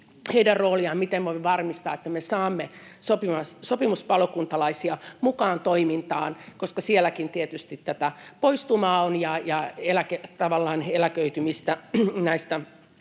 heidän rooliaan, miten voimme varmistaa, että me saamme sopimuspalokuntalaisia mukaan toimintaan, koska sielläkin tietysti tätä poistumaa on ja tavallaan eläköitymistä näistä